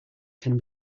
can